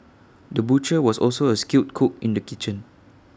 the butcher was also A skilled cook in the kitchen